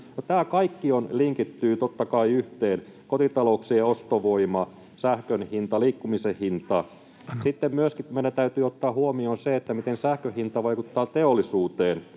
Tämä kaikki linkittyy totta kai yhteen: kotitalouksien ostovoima, sähkönhinta, liikkumisen hinta. Sitten meidän täytyy ottaa huomioon myöskin se, miten sähkönhinta vaikuttaa teollisuuteen,